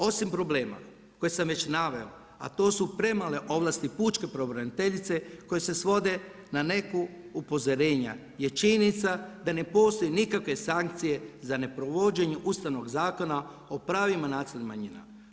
Osim problema koje sam već naveo, a to su premale ovlasti Pučke pravobraniteljice koje se svode na neka upozorenja, je činjenica da ne postoje nikakve sankcije za neprovođenje Ustavnog zakona o pravima nacionalnih manjina.